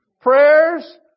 Prayers